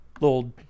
little